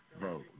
vote